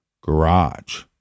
garage